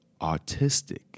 autistic